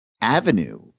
avenue –